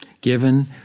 Given